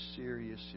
serious